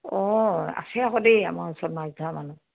অঁ আছে আকৌ দেই আমাৰ ওচৰত মাছ ধৰা মানুহ